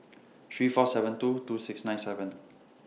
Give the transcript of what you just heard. three four seven two two six nine seven